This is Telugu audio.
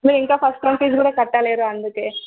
మీరు ఇంకా ఫస్ట్ టర్మ్ ఫీజ్ కూడా కట్టలేదు అందుకే